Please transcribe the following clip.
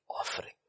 offering